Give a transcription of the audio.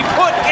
put